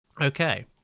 Okay